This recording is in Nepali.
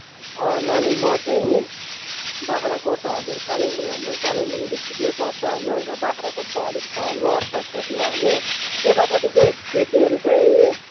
अँ नानी म चाहिँ नि बाग्राकोट हजुर कालिम्पोङ हामीलाई नि कालिम्पोङ डिस्ट्रिक नै पर्छ होइन बाग्राकोट अलिक तल लोवर साइडपट्टि हो हामी त्यतापट्टि चाहिँ खेतीहरू चाहिँ